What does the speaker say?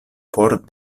for